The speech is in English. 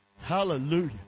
Hallelujah